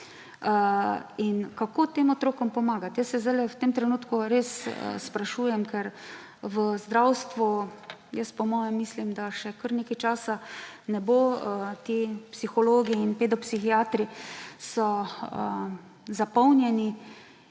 Kako tem otrokom pomagat? Jaz se zdaj, v tem trenutku res sprašujem, ker v zdravstvu, jaz mislim, da še kar nekaj časa ne bo možnosti. Psihologi in pedopsihiatri so zapolnjeni,